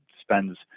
spends